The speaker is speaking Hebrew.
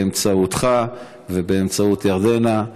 באמצעותך ובאמצעות ירדנה.